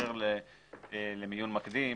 אחר למיון המקדים.